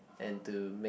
and to make